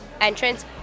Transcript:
entrance